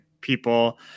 people